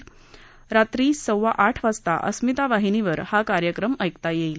आज रात्री सव्वा आठ वाजता अरि्मता वाहिनीवर हा कार्यक्रम ऐकता येईल